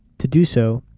to do so,